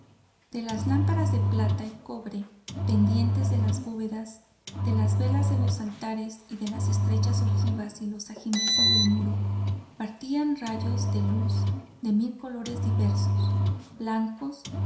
de las lámparas de plata y cobre pendientes de las bóvedas de las velas de los altares y de las estrechas ojivas y los ajimeces del muro partían rayosde luz de mil colores diversos blancos